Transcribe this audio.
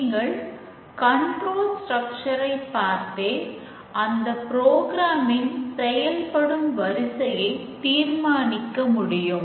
நீங்கள் கண்ட்ரோல் ஸ்ட்ரக்சரை செயல்படும் வரிசையை தீர்மானிக்கமுடியும்